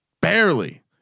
Barely